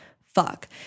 fuck